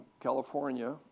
California